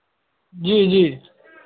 जी जी